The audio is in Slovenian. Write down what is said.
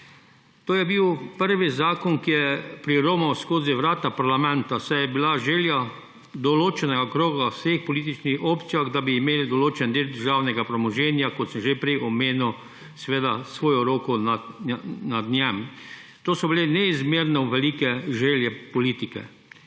To je bil prvi zakon, ki je priromal skozi vrata parlamenta, saj je bila želja določenega kroga v vseh političnih opcijah, da bi imeli nad določenim delom državnega premoženja, kot sem že prej omenil, svojo roko. To so bile neizmerno velike želje politike.